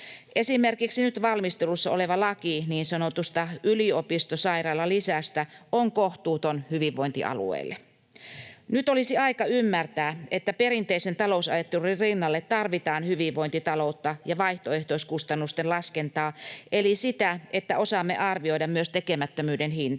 Esimerkiksi nyt valmistelussa oleva laki niin sanotusta yliopistosairaalalisästä on kohtuuton hyvinvointialueille. Nyt olisi aika ymmärtää, että perinteisen talousajattelun rinnalle tarvitaan hyvinvointitaloutta ja vaihtoehtoiskustannusten laskentaa eli sitä, että osaamme arvioida myös tekemättömyyden hintaa.